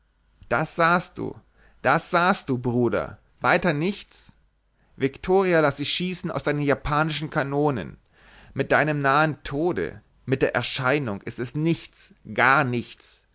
das sahst du das sahst du bruder weiter nichts viktoria laß ich schießen aus deinen japanischen kanonen mit deinem nahen tode mit der erscheinung ist es nichts gar nichts